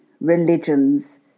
religions